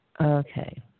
Okay